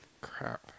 Crap